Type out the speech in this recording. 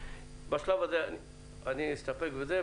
בשלב הזה אני אסתפק בזה.